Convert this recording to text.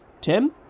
Tim